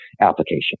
application